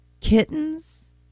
kittens